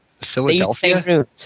Philadelphia